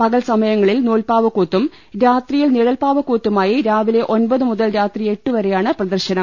പകൽ സമയങ്ങളിൽ നൂൽപ്പാവക്കൂത്തും രാത്രിയിൽ നിഴൽപ്പാവക്കൂത്തുമായി രാവിലെ ഒമ്പത് മുതൽ രാത്രി എട്ടു വരെയാണ് പ്രദർശനം